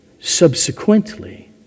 subsequently